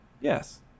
Yes